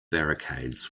barricades